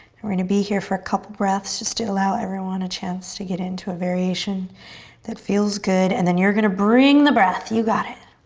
and we're gonna be here for a couple breaths just allow everyone a chance to get into a variation that feels good. and then you're gonna bring the breath. you got it.